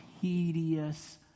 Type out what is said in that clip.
tedious